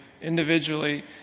individually